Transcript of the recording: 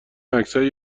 عکسهای